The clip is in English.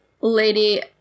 Lady